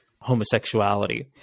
homosexuality